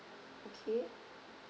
okay